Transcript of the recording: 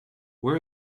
where